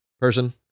person